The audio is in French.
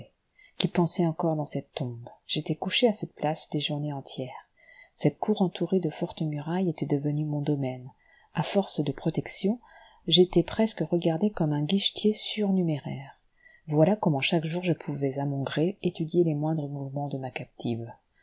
qui pensait encore dans cette tombe j'étais couché à cette place des journées entières cette cour entourée de fortes murailles était devenue mon domaine à force de protections j'étais presque regardé comme un guichetier surnuméraire voilà comment chaque jour je pouvais à mon gré étudier les moindres mouvements de ma captive